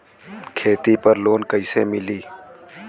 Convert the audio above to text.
खेती पर लोन कईसे मिली?